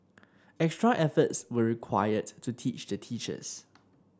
extra efforts were required to teach the teachers